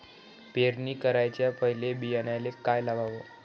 पेरणी कराच्या पयले बियान्याले का लावाव?